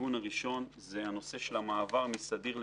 הכיוון הראשון זה הנושא של המעבר מסדיר למילואים.